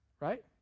right